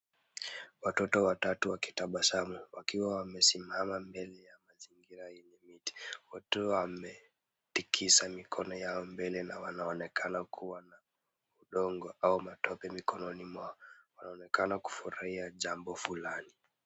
Watoto watatu wakitabasamu wakiwa wamesimama mbele ya mazingira yenye miti. Watoto wametikisa mikono yao mbele na wanaonekana kuwa na udongo au matope mikononi mwao. Wanaonekana kufurahia jambo fulani.